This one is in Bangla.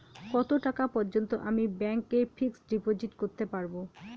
কত টাকা পর্যন্ত আমি ব্যাংক এ ফিক্সড ডিপোজিট করতে পারবো?